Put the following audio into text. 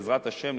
בעזרת השם,